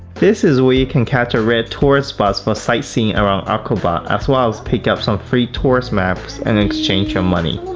this is where you can catch a red tourist bus for sightseeing around aqaba, as well as pick up so a free tourist maps and exchange your money.